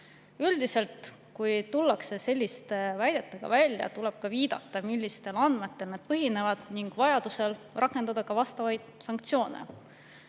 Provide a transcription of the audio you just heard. Üldiselt, kui tullakse selliste väidetega välja, tuleks ka viidata, millistel andmetel need põhinevad, ning vajaduse korral rakendada sanktsioone.